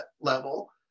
level